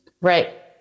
Right